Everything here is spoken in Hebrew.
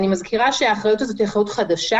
אני מזכירה שהאחריות הזו היא אחריות חדשה,